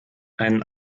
einen